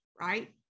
right